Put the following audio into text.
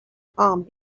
palm